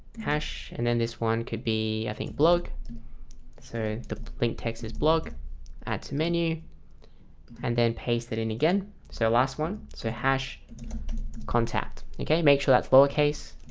hash and then this one could be i think blog so the link text is blog add to menu and then paste it in again. so last one so hash contact okay, make sure that's lowercase